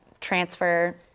transfer